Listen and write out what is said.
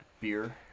beer